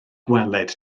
gweled